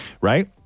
right